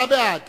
הודעת